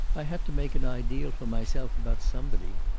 i had to make an ideal for myself about somebody.